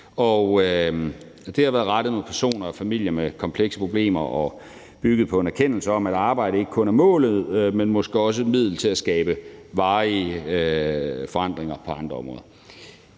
det har været rettet mod personer og familier med komplekse problemer og bygget på en erkendelse om, at arbejde ikke kun er målet, men måske også et middel til at skabe varige forandringer på andre områder.